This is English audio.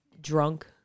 drunk